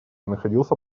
находился